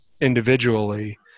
individually